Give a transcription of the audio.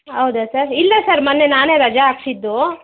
ಹೌದ ಸರ್ ಇಲ್ಲ ಸರ್ ಮೊನ್ನೆ ನಾನೇ ರಜೆ ಹಾಕ್ಸಿದ್ದು